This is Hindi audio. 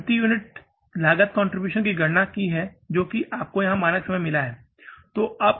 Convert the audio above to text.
आपने प्रति यूनिट लागत कंट्रीब्यूशन की गणना की है जो आपको यहां मानक समय मिला है